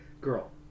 girl